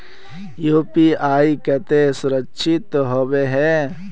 UPI केते सुरक्षित होबे है?